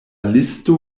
listo